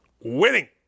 Winning